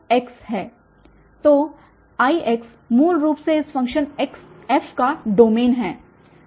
तो Ix मूल रूप से इन फ़ंक्शनf का डोमेन है